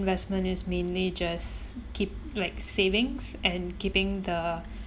investment is mainly just keep like savings and keeping the